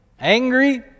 Angry